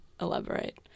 elaborate